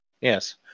yes